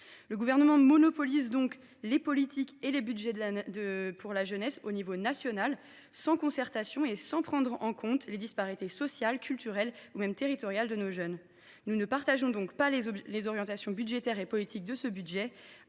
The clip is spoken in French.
Le Gouvernement monopolise donc les politiques et les budgets pour la jeunesse à l’échelon national, sans concertation et sans prendre en compte les disparités sociales, culturelles ou même territoriales. Nous ne partageons pas les orientations budgétaires et politiques de ce budget.